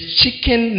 chicken